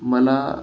मला